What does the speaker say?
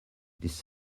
this